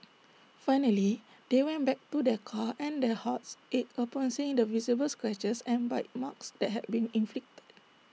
finally they went back to their car and their hearts ached upon seeing the visible scratches and bite marks that had been inflicted